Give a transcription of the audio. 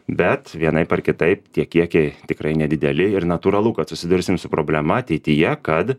bet vienaip ar kitaip tie kiekiai tikrai nedideli ir natūralu kad susidursim su problema ateityje kad